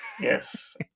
Yes